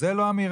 זאת לא אמירה.